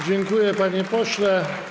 Dziękuję, panie pośle.